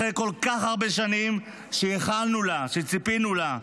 אחרי כל כך הרבה שנים שייחלנו לה, שציפינו לה,